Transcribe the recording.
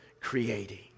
creating